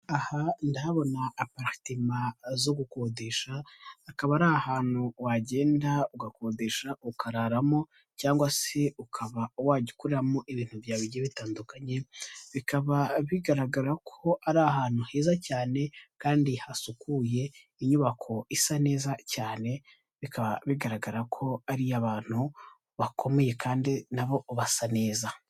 Aha ndahabona aparetoma zo gukodesha akaba ari ahantu wagenda ugakodesha ukararamo cyangwa se ukaba wajyukoreramo ibintu bitandukanye ,bikaba bigaragara ko ari ahantu heza cyane kandi hasukuye .Inyubako isa neza cyane bigaragara ko ariy'abantu bakomeye kandi nabo basa neza.